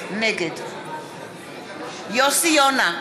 נגד יוסי יונה,